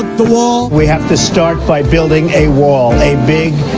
the wall? we have to start by building a wall. a big,